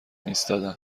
ایستادن